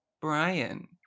Brian